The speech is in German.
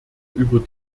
über